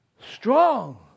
Strong